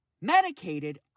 medicated